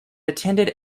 attended